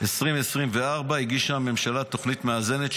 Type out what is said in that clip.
2024 הגישה הממשלה תוכנית מאזנת,